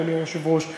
אדוני היושב-ראש,